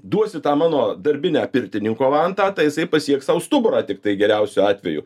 duosiu tą mano darbinę pirtininko vantą tai jisai pasieks sau stuburą tiktai geriausiu atveju